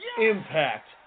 Impact